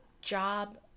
job